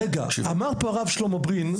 אמר פה הרב שלמה בין,